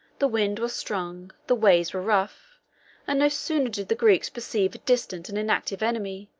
the wind was strong, the waves were rough and no sooner did the greeks perceive a distant and inactive enemy,